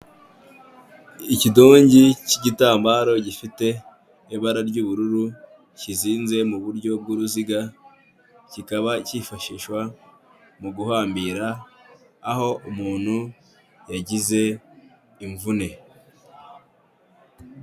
Ikidongi cy'igitambaro gifite ibara ry'ubururu, kizinze mu buryo bw'uruziga, kikaba cyifashishwa mu guhambira, aho umuntu yagize imvune.